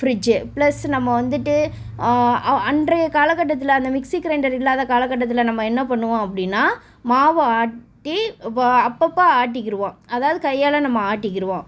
fridge plus நம்ம வந்துட்டு அன்றைய காலக்கட்டத்தில் அந்த மிக்ஸி க்ரைண்டர் இல்லாத காலக்கட்டத்தில் நம்ம என்ன பண்ணுவோம் அப்படின்னா மாவு ஆட்டி அப்போ அப்பப்போ ஆட்டிக்கிடுவோம் அதாவது கையால் நம்ம ஆட்டிக்கிடுவோம்